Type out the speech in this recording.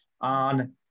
on